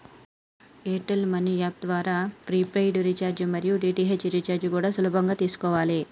air tell money app ద్వారా prepaid recharge మరియు DTH recharge కూడా సులభంగా చేసుకోవాలే